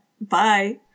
Bye